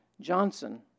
Johnson